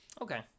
okay